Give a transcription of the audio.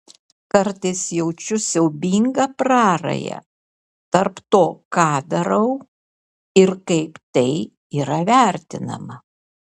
kartais jaučiu siaubingą prarają tarp to ką darau ir kaip tai yra vertinama